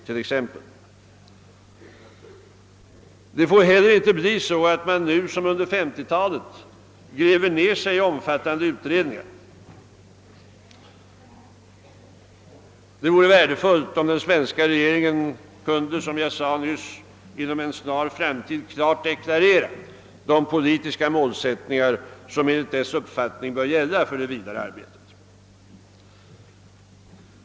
Man får inte heller nu som under 1950 talet gräva ned sig i omfattande utredningar. Det vore värdefullt om den Svenska regeringen kunde — som jag Nyss sade — inom en snar framtid klart deklarera de politiska målsättningar Som enligt dess uppfattning bör gälla för det vidare arbetet.